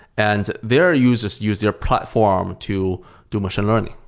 and their users use their platform to do machine learning.